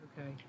Okay